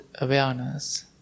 awareness